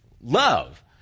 love